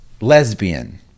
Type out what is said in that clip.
lesbian